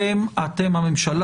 אתם, הממשלה.